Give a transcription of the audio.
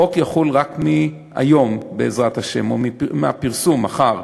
החוק יחול רק מהיום, בעזרת השם, או מהפרסום מחר,